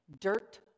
dirt